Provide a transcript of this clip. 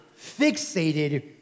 fixated